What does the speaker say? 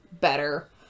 better